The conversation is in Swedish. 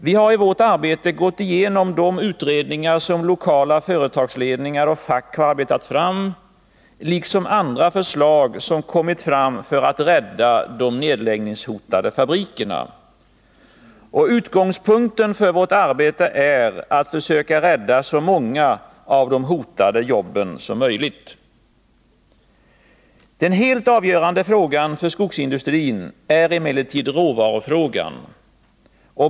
Vi har i vårt arbete gått igenom de utredningar som lokala företagsledningar och fack har arbetat fram, liksom andra förslag som redovisats för att rädda de nedläggningshotade fabrikerna. Utgångspunkten för vårt arbete är att försöka rädda så många av de hotade jobben som möjligt. Den helt avgörande frågan för skogsindustrin är emellertid råvarufrågan.